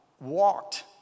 walked